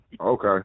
Okay